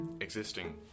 existing